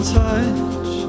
touch